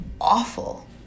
awful